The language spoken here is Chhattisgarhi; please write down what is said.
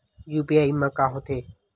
यू.पी.आई मा का होथे?